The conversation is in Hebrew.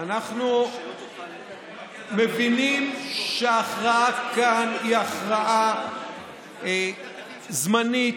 אנחנו מבינים שההכרעה כאן היא הכרעה זמנית,